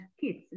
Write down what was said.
kids